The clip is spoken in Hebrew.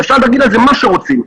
ואפשר להגיד על זה מה שרוצים,